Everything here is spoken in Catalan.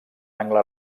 angle